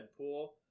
Deadpool